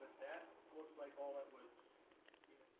that looks like all that was.